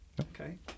Okay